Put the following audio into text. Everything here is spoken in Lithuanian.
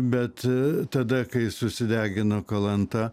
bet tada kai susidegino kalanta